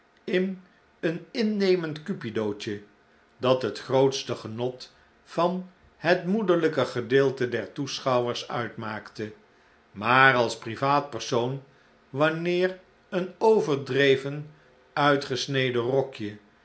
in een innemend cupidootje dat het grootste genot van het moederlijke gedeelte der toeschouwers uitmaakte maar als privaat persoon wanneer een overdreven uitgesneden rokje